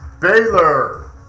Baylor